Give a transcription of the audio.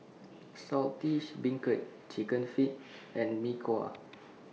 Saltish Beancurd Chicken Feet and Mee Kuah